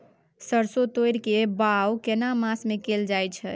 सरसो, तोरी के बौग केना मास में कैल जायत छै?